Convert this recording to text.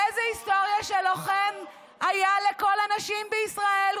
איזו היסטוריה של לוחם הייתה לכל הנשים בישראל?